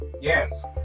Yes